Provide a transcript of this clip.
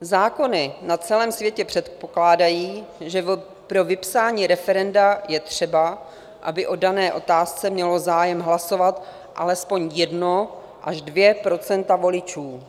Zákony na celém světě předpokládají, že pro vypsání referenda je třeba, aby o dané otázce mělo zájem hlasovat alespoň 1 až 2 % voličů.